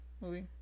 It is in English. movie